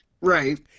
Right